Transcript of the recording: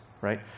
right